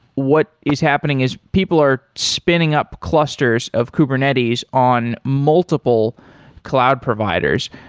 what is happening is people are spinning up clusters of kubernetes on multiple cloud providers.